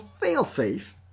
fail-safe